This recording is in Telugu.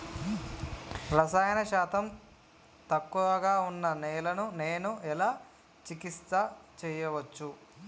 రసాయన శాతం తక్కువ ఉన్న నేలను నేను ఎలా చికిత్స చేయచ్చు?